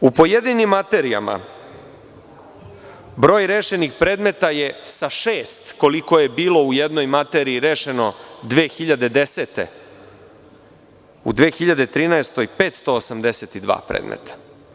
U pojedinim materijama broj rešenih predmeta je sa šest, koliko je bilo u jednoj materiji rešeno 2010. godine, u 2013. godini 582 predmeta.